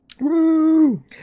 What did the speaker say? Woo